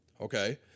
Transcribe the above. okay